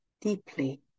deeply